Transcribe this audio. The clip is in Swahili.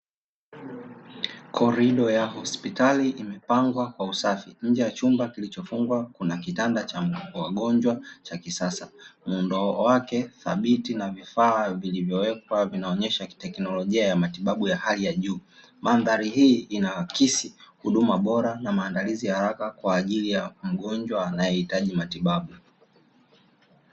Korido ya hospitali imepangwa kwa usafi nje ya chumba kilichofungwa. Kuna kitanda cha wagonjwa cha kisasa, muundo wake thabiti na vifaa vilivyowekwa vinaonyesha teknolojia ya matibabu ya hali ya juu. Mandhari hii inaakisi huduma bora, na maandalizi ya haraka kwa ajili ya mgonjwa anayehitaji matibabu.